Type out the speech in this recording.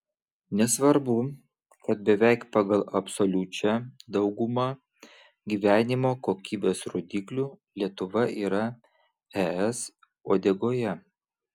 nesvarbu kad beveik pagal absoliučią daugumą gyvenimo kokybės rodiklių lietuva yra es uodegoje